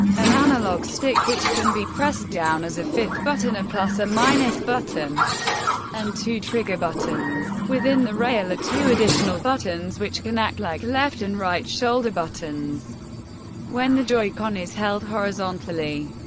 an analog stick which can be pressed down as a fifth button, a plus or minus button and two trigger buttons. within the rail are two additional buttons which can act like left-and-right shoulder buttons when the joy-con is held horizontally.